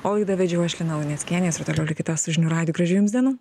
o laidą vedžiau aš lina luneckienė jūs ir toliau likite su žinių radiju gražių jums dienų